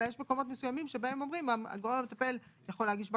אלא יש מקומות מסוימים שבהם אומרים: הגורם המטפל יכול להגיש בקשה,